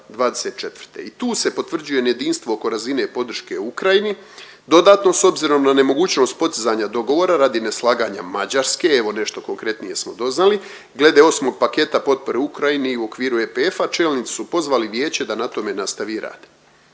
i tu se potvrđuje nejedinstvo oko razine podrške Ukrajini dodatno s obzirom na nemogućnost postizanja dogovora radi neslaganja Mađarske evo nešto konkretnije smo doznali glede osmog paketa potpore Ukrajini i u okviru EPF-a čelnici su pozvali vijeće da na tome nastavi i rade.